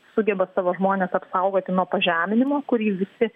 sugeba savo žmones apsaugoti nuo pažeminimo kurį visi